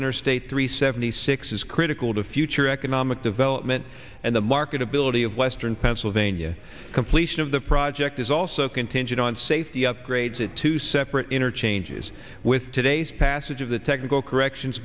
interstate three seventy six is critical to future economic development and the marketability of western pennsylvania completion of the project is also so contingent on safety upgrades at two separate interchanges with today's passage of the technical corrections